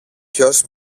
ποιος